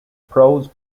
prose